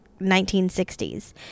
1960s